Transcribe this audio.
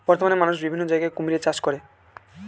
বর্তমানে মানুষ বিভিন্ন জায়গায় কুমিরের চাষ করে